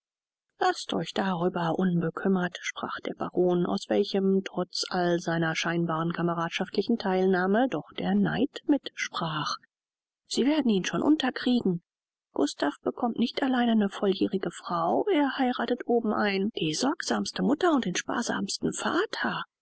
laßt euch darüber unbekümmert sprach der baron aus welchem trotz all seiner scheinbaren kameradschaftlichen theilnahme doch der neid mit sprach sie werden ihn schon unterkriegen gustav bekommt nicht allein eine volljährige frau er heirathet obenein die sorgsamste mutter und den sparsamsten vater